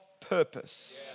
purpose